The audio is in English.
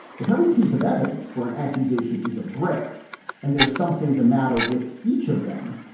if every piece of evidence for an accusation is a brick and there's something the matter with each of them,